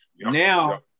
now